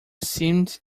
seemed